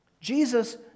Jesus